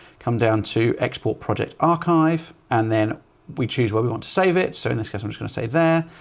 come down to export project archive, and then we choose where we want to save it. so in this case, i'm just going to save there.